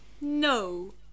No